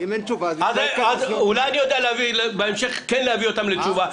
אם אין תשובה --- אולי אני יודע בהמשך כן להביא אותם לתשובה?